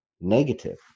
negative